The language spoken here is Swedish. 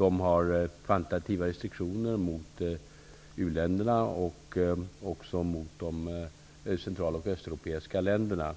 Man har kvantitativa restriktioner mot u-länderna och även mot de central och östeuropeiska länderna,